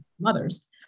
mothers